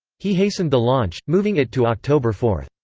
he hastened the launch, moving it to october four.